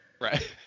Right